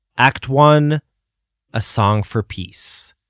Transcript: act one a song for peace.